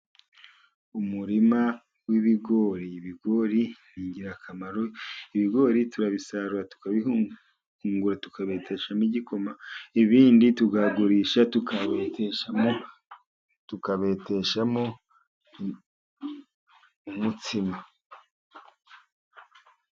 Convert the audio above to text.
Umurima w'ibigori . Ibigori ni ingirakamaro . Ibigori turabisarura ,tukahungura ,tukabiteshamo igikoma . Ibindi tukagurisha tukabeteshamo umutsima.